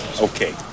Okay